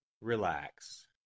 Relax